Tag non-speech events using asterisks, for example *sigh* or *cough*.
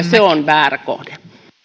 *unintelligible* se on väärä kohde